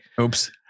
Oops